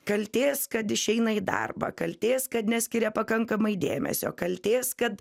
kaltės kad išeina į darbą kaltės kad neskiria pakankamai dėmesio kaltės kad